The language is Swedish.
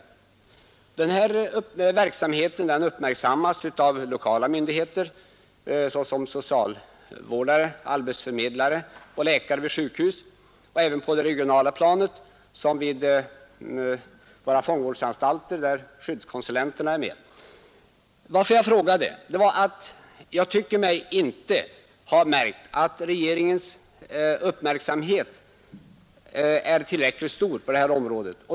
vissa ideella Den här verksamheten uppmärksammas av lokala myndigheter, såsom «organisationers socialvårdare, arbetsförmedlare och läkare vid sjukhus, och även på det verksamhet bland regionala planet, som vid våra fångvårdsanstalter, där skyddskonsulenteralkoholister och na är med. narkomaner Att jag framställde min fråga beror på att jag inte tycker mig ha märkt att regeringens uppmärksamhet är tillräckligt stor på det här området.